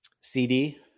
CD